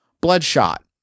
bloodshot